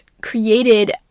created